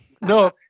No